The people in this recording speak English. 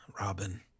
Robin